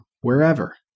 wherever